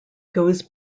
goes